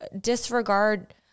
disregard